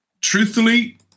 truthfully